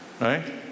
right